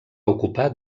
ocupar